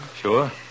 Sure